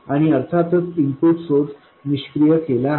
आणि अर्थातच input source निष्क्रिय केला आहे